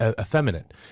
effeminate